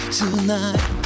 tonight